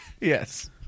Yes